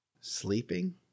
sleeping